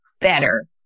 better